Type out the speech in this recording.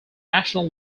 national